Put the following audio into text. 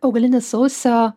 augalinis sausio